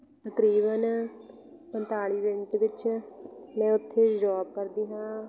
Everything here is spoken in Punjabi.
ਤਕਰੀਬਨ ਪੰਤਾਲੀ ਮਿੰਟ ਵਿੱਚ ਮੈਂ ਉੱਥੇ ਜੋਬ ਕਰਦੀ ਹਾਂ